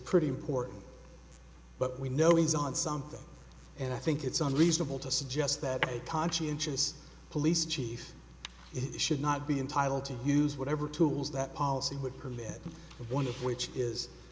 pretty important but we know he's on something and i think it's unreasonable to suggest that a conscientious police chief is should not be entitled to use whatever tools that policy would permit one of which is